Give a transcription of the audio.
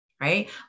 right